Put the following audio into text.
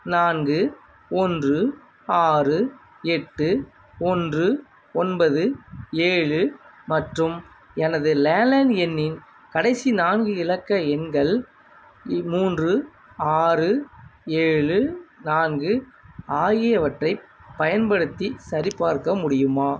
நான்கு ஒன்று ஆறு எட்டு ஒன்று ஒன்பது ஏழு மற்றும் எனது லேண்ட்லைன் எண்ணின் கடைசி நான்கு இலக்க எண்கள் இ மூன்று ஆறு ஏழு நான்கு ஆகியவற்றைப் பயன்படுத்தி சரிபார்க்க முடியுமா